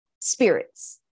spirits